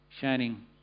shining